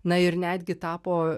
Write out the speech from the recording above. na ir netgi tapo